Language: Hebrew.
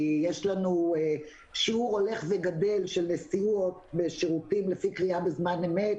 כי יש לנו שיעור הולך וגדל של נסיעות ושירותים לפי קריאה בזמן אמת,